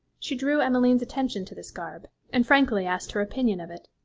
she drew emmeline's attention to this garb, and frankly asked her opinion of it.